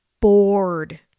bored